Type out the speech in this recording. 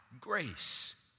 Grace